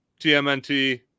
tmnt